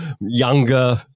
younger